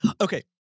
Okay